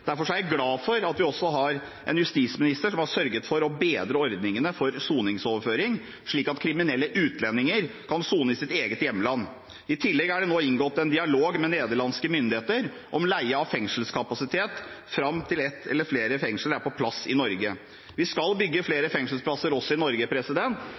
Derfor er jeg glad for at vi også har en justisminister som har sørget for å bedre ordningene for soningsoverføring, slik at kriminelle utlendinger kan sone i sitt eget hjemland. I tillegg er det nå inngått en dialog med nederlandske myndigheter om leie av fengselskapasitet fram til ett eller flere fengsel er på plass i Norge. Vi skal bygge